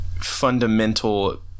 fundamental